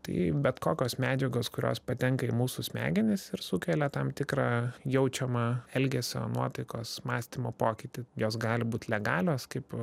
tai bet kokios medžiagos kurios patenka į mūsų smegenis ir sukelia tam tikrą jaučiamą elgesio nuotaikos mąstymo pokytį jos gali būt legalios kaip